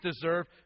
deserve